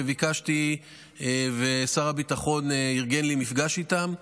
שביקשתי ושר הביטחון ארגן לי מפגש איתם.